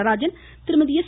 நடராஜன் திருமதி எஸ்